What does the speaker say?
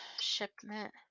shipment